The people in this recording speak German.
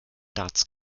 darts